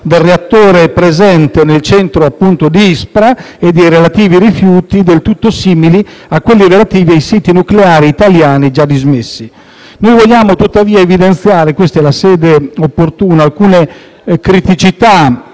del reattore presente nel centro di Ispra e dei relativi rifiuti, del tutto simili a quelli relativi ai siti nucleari italiani già dismessi. Noi vogliamo tuttavia evidenziare - questa è la sede opportuna - alcune criticità